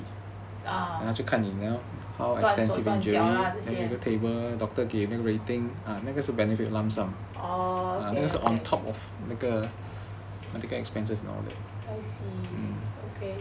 ah 断手断脚 lah 这些 orh I see okay